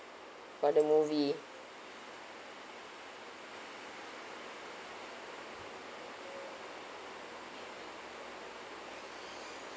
about the movie